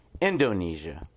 Indonesia